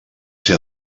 ser